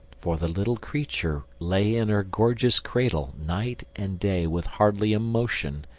for the little creature lay in her gorgeous cradle night and day with hardly a motion,